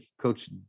coach